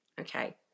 okay